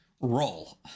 roll